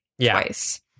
twice